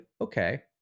okay